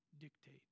dictate